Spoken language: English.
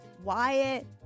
Wyatt